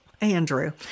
andrew